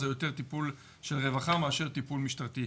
זה יותר טיפול של הרווחה מאשר טיפול משטרתי.